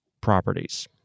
properties